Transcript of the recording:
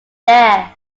there